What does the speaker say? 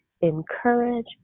encourage